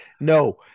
no